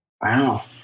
Wow